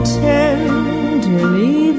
tenderly